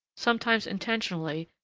sometimes intentionally,